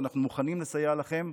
אנחנו מוכנים לסייע לכם.